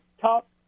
top